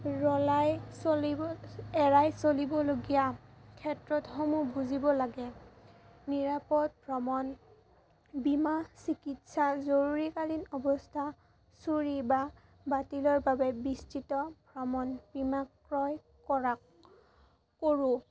ৰলাই চলিব এৰাই চলিবলগীয়া ক্ষেত্ৰসমূহ বুজিব লাগে নিৰাপদ ভ্ৰমণ বীমা চিকিৎসা জৰুৰীকালীন অৱস্থা চুৰি বা বাতিলৰ বাবে বিস্তৃত ভ্ৰমণ বীমা ক্ৰয় কৰক কৰোঁ